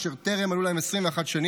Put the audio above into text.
אשר טרם מלאו להם 21 שנים,